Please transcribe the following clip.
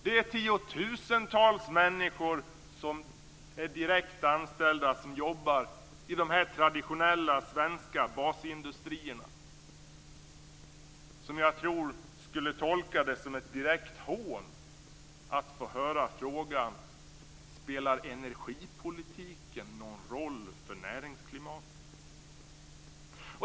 Det är tiotusentals människor som är direkt anställda och jobbar i de här traditionella svenska basindustrierna som jag tror skulle tolka det som ett direkt hån att få höra frågan: Spelar energipolitiken någon roll för näringsklimatet?